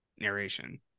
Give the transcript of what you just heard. narration